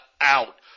out